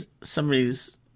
somebody's